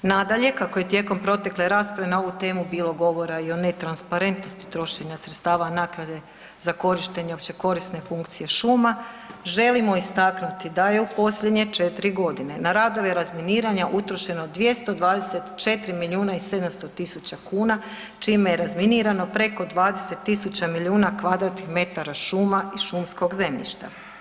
Nadalje, kako je tijekom protekle rasprave na ovu temu bilo govora i o netransparentnosti trošenja sredstava naknade za korištenje općekorisne funkcije šuma, želimo istaknuti da je u posljednje 4 godine na radove razminiranja utrošeno 224 miliona i 700 tisuća kuna čime je razminirano preko 20 tisuća milijuna m2 šuma i šumskog zemljišta.